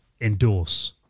endorse